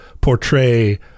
portray